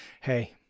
hey